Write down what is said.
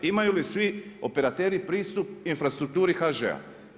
Imaju li svi operateri pristup infrastrukturi HŽ-a?